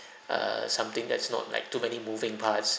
err something that's not like too many moving parts